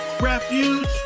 refuge